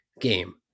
game